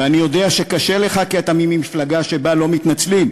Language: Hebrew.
ואני יודע שקשה לך, כי אתה ממפלגה שבה לא מתנצלים,